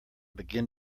begin